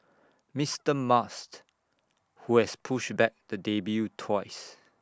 Mister must who has pushed back the debut twice